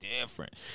different